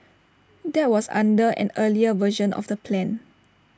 that was under an earlier version of the plan